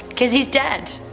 cause he is dead,